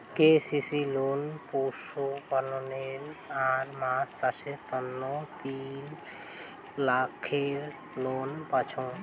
KCC loan পশুপালনে আর মাছ চাষের তন্ন তিন লাখের লোন পাইচুঙ